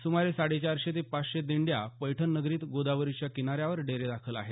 सुमारे साडेचारशे ते पाचशे दिंड्या पैठण नगरीत गोदावरीच्या किनाऱ्यावर डेरेदाखल आहेत